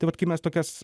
tai vat kai mes tokias